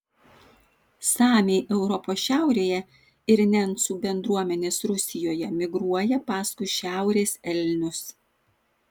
samiai europos šiaurėje ir nencų bendruomenės rusijoje migruoja paskui šiaurės elnius